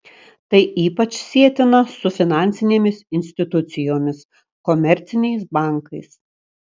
tai ypač sietina su finansinėmis institucijomis komerciniais bankais